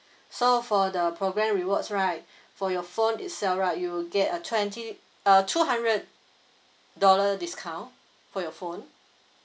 so for the programme rewards right for your phone itself lah you will get a twenty uh two hundred dollar discount for your phone